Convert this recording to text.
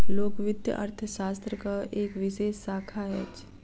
लोक वित्त अर्थशास्त्रक एक विशेष शाखा अछि